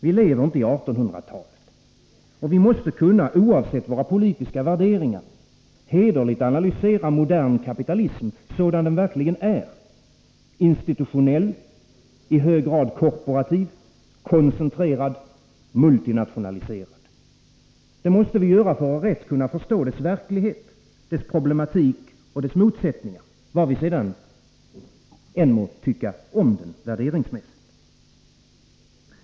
Vi lever inte i 1800-talet. Vi måste kunna — oavsett våra politiska värderingar — hederligt analysera modern kapitalism sådan den verkligen är: institutionell, i hög grad korporativ, koncentrerad, multinationaliserad. Det måste vi göra för att rätt kunna förstå dess verklighet, dess problematik och dess motsättningar — vad vi sedan än må tycka om den.